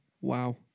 Wow